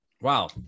Wow